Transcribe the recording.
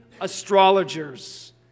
astrologers